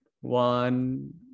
One